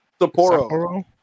Sapporo